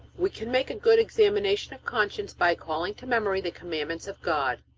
we can make a good examination of conscience by calling to memory the commandments of god,